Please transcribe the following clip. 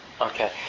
Okay